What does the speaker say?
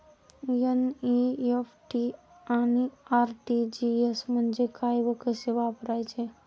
NEFT आणि RTGS म्हणजे काय व कसे वापरायचे?